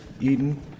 Eden